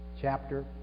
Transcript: chapter